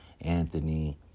Anthony